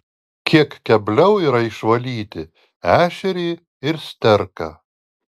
kiek kebliau yra išvalyti ešerį ir sterką